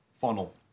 funnel